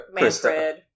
Manfred